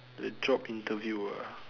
the job interview ah